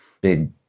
big